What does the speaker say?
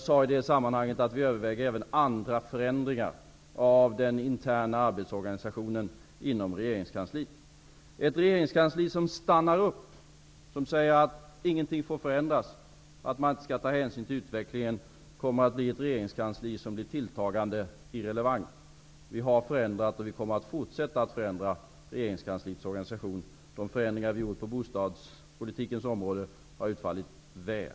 I det sammanhanget sade jag att vi även överväger andra förändringar av den interna arbetsorganisationen inom regeringskansliet. Ett regeringskansli som stannar upp och säger att ingenting får förändras och att man inte skall ta hänsyn till utvecklingen kommer att bli ett tilltagande irrelevant regeringskansli. Vi har förändrat och vi kommer att fortsätta att förändra regeringskansliets organisation. De förändrignar vi har gjort på bostadspolitikens område har utfallit väl.